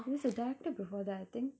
he was a director before that I think